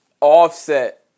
Offset